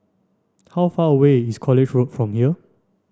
how far away is College Road from here